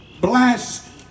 blast